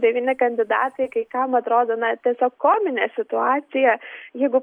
devyni kandidatai kai kam atrodo na tiesiog kominė situacija jeigu